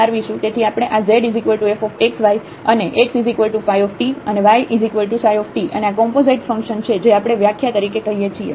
તેથી આપણે આ zf x y અને xϕ અને yψ અને આ કોમ્પોઝાઈટ ફંક્શન છે જે આપણે વ્યાખ્યા તરીકે કહીએ છીએ